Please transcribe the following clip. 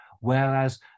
Whereas